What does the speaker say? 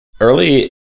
Early